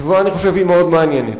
התשובה, אני חושב, מאוד מעניינת.